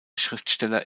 schriftsteller